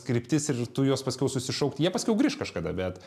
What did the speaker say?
kryptis ir tu juos paskiau susišauk jie paskiau grįš kažkada bet